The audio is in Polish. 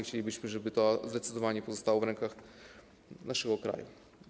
Chcielibyśmy, żeby to zdecydowanie pozostało w rękach naszego kraju.